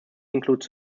include